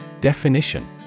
Definition